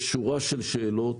יש שורה של שאלות,